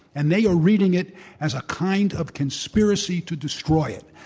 and they are reading it as a kind of conspiracy to destroy it,